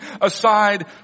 aside